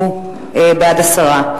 הוא בעד דיון במליאה,